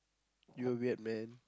you're weird man